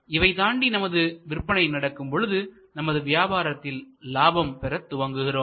இவை தாண்டி நமது விற்பனை நடக்கும் பொழுது நமது வியாபாரத்தில் லாபம் பெற துவங்குகிறோம்